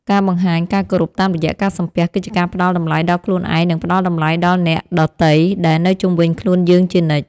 ការបង្ហាញការគោរពតាមរយៈការសំពះគឺជាការផ្តល់តម្លៃដល់ខ្លួនឯងនិងផ្តល់តម្លៃដល់អ្នកដទៃដែលនៅជុំវិញខ្លួនយើងជានិច្ច។